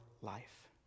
life